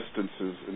distances